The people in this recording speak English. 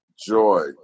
Joy